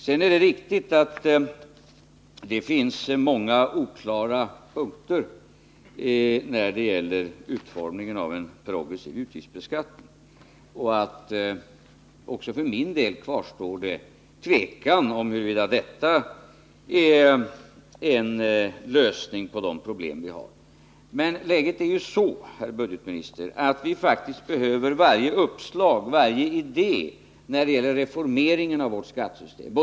Det är riktigt att det finns många oklara punkter när det gäller utformningen av en progressiv utgiftsbeskattning. Också för min del kvarstår tvekan om huruvida detta är en lösning på de problem vi har. Men läget är ju sådant, herr budgetminister, att vi faktiskt behöver varje uppslag, varje idé, när det gäller reformeringen av vårt skattesystem.